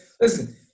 listen